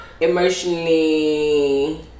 Emotionally